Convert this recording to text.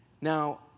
Now